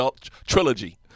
trilogy